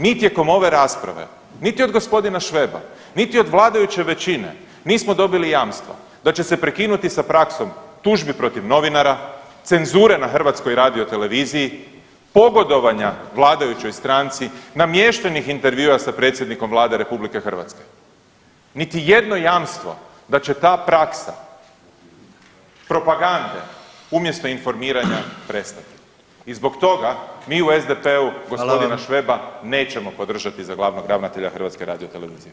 Niti tijekom ove rasprave, niti od g. Šveba, niti od vladajuće većine nismo dobili jamstva da će se prekinuti sa praksom tužbi protiv novinara, cenzure na HRT-u, pogodovanja vladajućoj stranci, namještenih intervjua sa predsjednikom Vlade RH, niti jedno jamstvo da će ta praksa propagande umjesto informiranja prestati i zbog toga mi u SDP-u g. Šveba nećemo podržati za glavnog ravnatelja HRT-a.